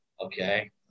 okay